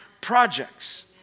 projects